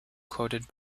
quoted